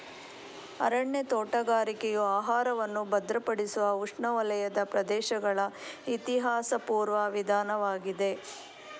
ಅರಣ್ಯ ತೋಟಗಾರಿಕೆಯು ಆಹಾರವನ್ನು ಭದ್ರಪಡಿಸುವ ಉಷ್ಣವಲಯದ ಪ್ರದೇಶಗಳ ಇತಿಹಾಸಪೂರ್ವ ವಿಧಾನವಾಗಿದೆ